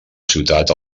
ciutat